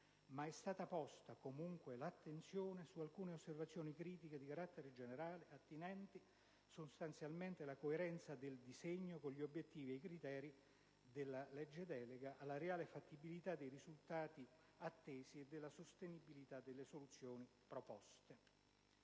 ma è stata posta, comunque, l'attenzione su alcune osservazioni critiche di carattere generale attinenti sostanzialmente alla coerenza del disegno con gli obiettivi ed i criteri della legge delega, alla reale fattibilità dei risultati attesi e alla sostenibilità delle soluzioni proposte».